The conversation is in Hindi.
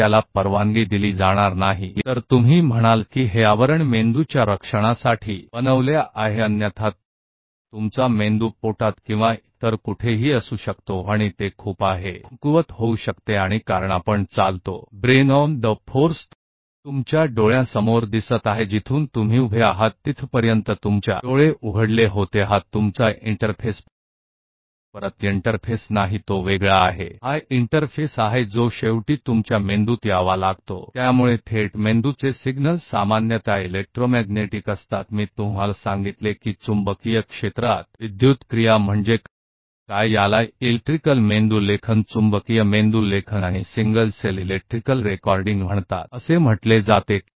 तो क्या आप कहते हैं कि मस्तिष्क सुरक्षा के लिए हां यहआवरण सुरक्षा के लिए ही बना हुआ है अन्यथा आपका मस्तिष्क पेट में या कहीं और हो सकता है और यह बहुत कमजोर बन सकता है सुरक्षा के कुछ प्लस भी है क्योंकि हम चलते हैं फोर्स पर मस्तिष्क आपकी आँखों से आगे देखता है जहाँ से आप खड़े हुए थे जहाँ से आपकी आँखें सामने आई थीं यह आपका इंटरफ़ेस है यहाँ तक कि इंटरफ़ेस भी इंटरफ़ेस नहीं है अलग अलग इंटरफ़ेस है जिसे अंत में आपके मस्तिष्क में आना है तो प्रत्यक्ष मस्तिष्क के संकेत आमतौर पर विद्युत चुम्बकीय होते हैं मैंने आपको बताया कि चुंबकीय क्षेत्र में विद्युत गतिविधि क्या होती है जिन्हें विद्युत मस्तिष्क लेखन चुंबकीय मस्तिष्क लेखन और एकल कोशिका विद्युत रिकॉर्डिंग कहा जाता है